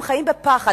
הם חיים בפחד,